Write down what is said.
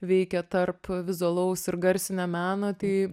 veikė tarp vizualaus ir garsinio meno tai